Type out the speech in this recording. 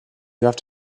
have